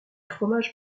fromage